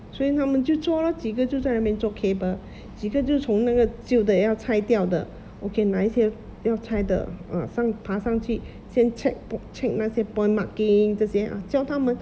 所以他们就做 lor 几个就在那边做 cable 几个就从那个旧的要拆掉的 okay 哪一些要拆的 ah 上爬上去先 check po~ check 那些 point marking 这些 ah 教他们